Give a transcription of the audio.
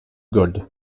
gold